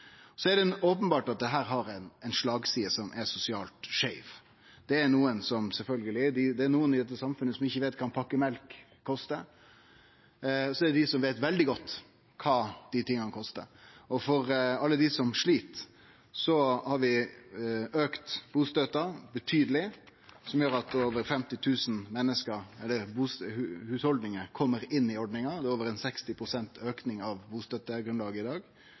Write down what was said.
Så er det openbert at dette har ei slagside som er sosialt skeiv. Det er nokre i dette samfunnet som ikkje veit kva ein kartong mjølk kostar, og det er dei som veit veldig godt kva han kostar. For alle dei som slit, har vi auka bustøtta betydeleg, som gjer at over 50 000 hushaldningar kjem inn i ordninga. Det er ein auke i bustøttegrunnlaget i dag